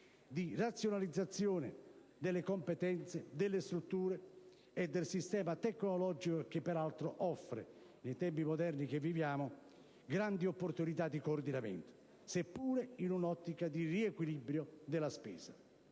di razionalizzazione delle competenze, delle strutture e del sistema tecnologico, che peraltro offre, nei tempi moderni che viviamo, grandi opportunità di coordinamento, seppure in un'ottica di riequilibrio della spesa.